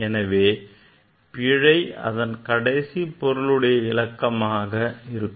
எனவே பிழை அதன் கடைசி பொருளுடைய இலக்கமாக இருக்கும்